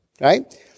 right